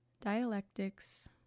Dialectics